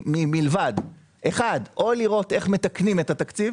מלבד לראות איך מתקנים את התקציב